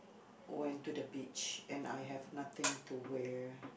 went to the beach and I have nothing to wear